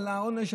על העונש,